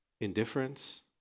indifference